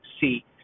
see